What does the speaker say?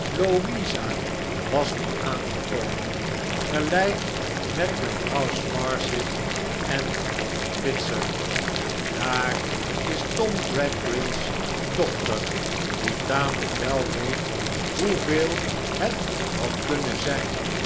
was nu aangekomen tegelijk met mevrouw sparsit en bitzer daar is tom gradgrind's dochter die tamelijk wel weet hoeveel het had kunnen zijn